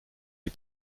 die